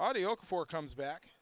audio for comes back